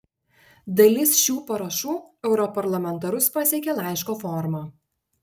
dalis šių parašų europarlamentarus pasiekė laiško forma